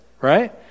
right